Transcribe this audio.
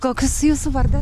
koks jūsų vardas